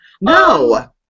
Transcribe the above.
No